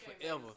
forever